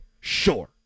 Sure